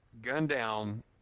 Gundown